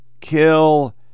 Kill